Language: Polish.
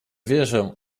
wierzę